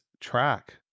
track